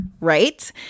right